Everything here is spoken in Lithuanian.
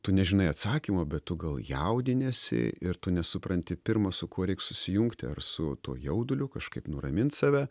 tu nežinai atsakymo bet tu gal jaudiniesi ir tu nesupranti pirma su kuo reiks susijungti ar su tuo jauduliu kažkaip nuramint save